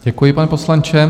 Děkuji, pane poslanče.